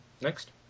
next